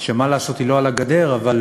מה לעשות, היא לא על הגדר, אבל